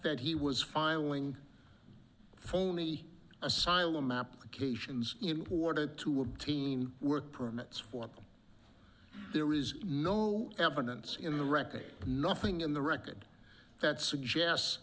that he was filing phony asylum applications in order to obtain work permits want them there is no evidence in the record nothing in the record that suggests